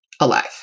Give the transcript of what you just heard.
alive